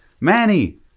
Manny